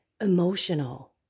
emotional